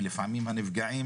ולפעמים הנפגעים